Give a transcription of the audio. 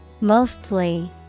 Mostly